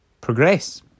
progress